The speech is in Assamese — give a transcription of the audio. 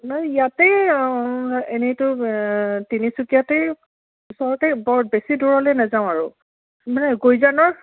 আপোনাৰ ইয়াতে এনেইতো তিনিচুকীয়াতে ওচৰতে বৰ বেছি দূৰলৈ নাযাওঁ আৰু মানে গুঁইজানৰ